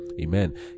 Amen